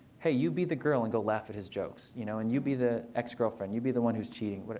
hey, you be the girl and go laugh at his jokes. you know and you be the ex-girlfriend. you be the one who's cheating. but